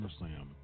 SummerSlam